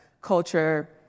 culture